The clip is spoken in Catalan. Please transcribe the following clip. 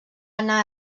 anar